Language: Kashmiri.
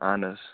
اَہَن حظ